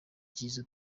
ry’izo